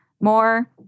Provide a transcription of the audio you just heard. more